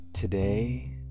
Today